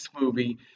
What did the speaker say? movie